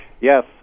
Yes